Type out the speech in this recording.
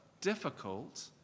difficult